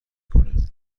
کنه